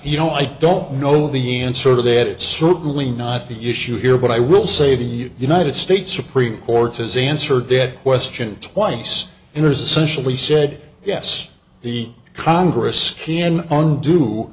you know i don't know the answer to that it's certainly not the issue here but i will say the united states supreme court has answered dead question twice in essential he said yes the congress can undo